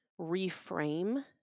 reframe